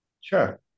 Sure